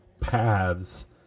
paths